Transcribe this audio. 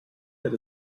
get